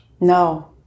No